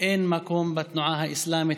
אין מקום בתנועה האסלאמית?